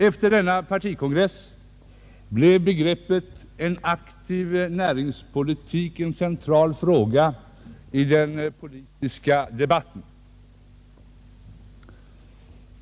Efter denna partikongress blev begreppet ”aktiv näringspolitik” en central fråga i den politiska debatten.